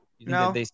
No